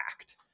act